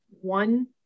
one